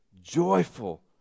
Joyful